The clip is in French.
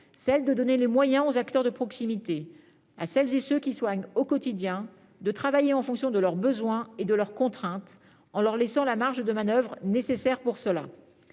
enfin donner les moyens aux acteurs de proximité, à celles et ceux qui soignent au quotidien, de travailler en fonction de leurs besoins et de leurs contraintes, en leur laissant la marge de manoeuvre nécessaire pour cela.